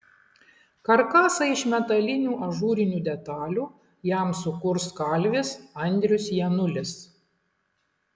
karkasą iš metalinių ažūrinių detalių jam sukurs kalvis andrius janulis